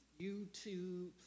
YouTube